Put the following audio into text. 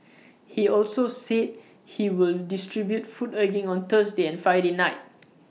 he also said he will distribute food again on Thursday and Friday night